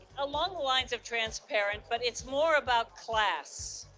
along the lines of transparent, but it's more about class.